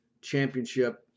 championship